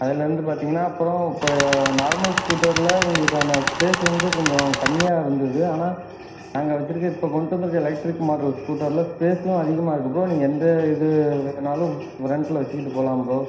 அதிலேருந்து பார்த்தீங்கனா அப்புறம் இப்போ நார்மல் ஸ்கூட்டரில் உங்களுக்கான ஸ்பேஸ் வந்து கொஞ்சம் கம்மியாக இருந்தது ஆனால் நாங்கள் வச்சுருக்க இப்போ கொண்டு வந்துருக்க எலெக்ட்ரிக் மாடல் ஸ்கூட்டரில் ஸ்பேஸும் அதிகமாக இருக்குது ப்ரோ நீங்கள் எந்த இது வேணாலும் ஃப்ரெண்ட்டில் வச்சுக்கிட்டு போகலாம் ப்ரோ